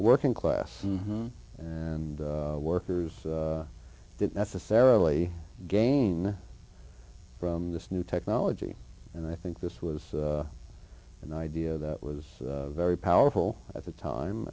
working class some and workers didn't necessarily gain from this new technology and i think this was an idea that was very powerful at the time